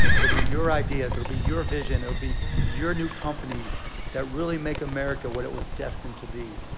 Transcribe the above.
it'll be your ideas. it will be your vision. it will be your new companies that really make america what it was destined to be.